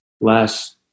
last